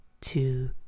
two